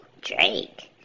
Drake